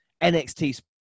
NXT